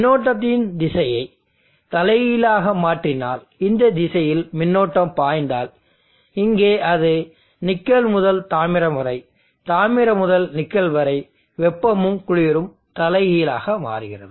மின்னோட்டத்தின் திசையை தலைகீழாக மாற்றினால் இந்த திசையில் மின்னோட்டம் பாய்ந்தால் இங்கே அது நிக்கல் முதல் தாமிரம் வரை தாமிரம் முதல் நிக்கல் வரை வெப்பமும் குளிரும் தலைகீழாக மாறுகிறது